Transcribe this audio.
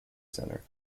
center